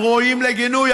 הם ראויים לגינוי,